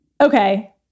Okay